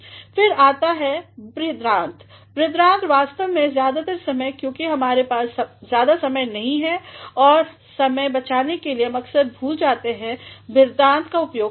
फिर आता हैबृहदान्त्र तो बृहदान्त्र वास्तव में ज्यादातर समय क्योंकि हमारे पास ज्यादा समय नहीं है और समय बचाने के लिए हम अक्सर भूल जाते हैं बृहदान्त्र के उपयोग करना